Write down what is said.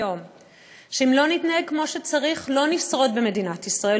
שאם לא נתנהג כמו שצריך לא נשרוד במדינת ישראל,